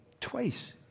twice